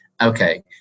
okay